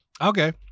Okay